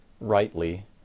rightly